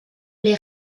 les